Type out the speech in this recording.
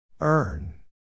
Earn